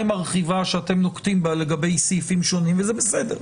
מרחיבה שאתם נוקטים בה לגבי סעיפים שונים וזה בסדר,